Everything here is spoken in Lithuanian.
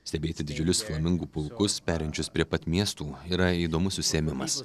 stebėti didžiulius flamingų pulkus perinčius prie pat miestų yra įdomus užsiėmimas